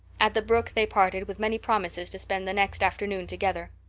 at the brook they parted with many promises to spend the next afternoon together.